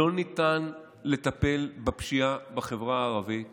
לא ניתן לטפל בפשיעה בחברה הערבית